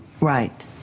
Right